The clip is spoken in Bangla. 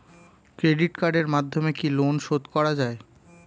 ক্রেডিট কার্ডের মাধ্যমে কি লোন শোধ করা যায়?